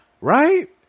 Right